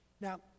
Now